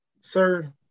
sir